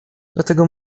dlatego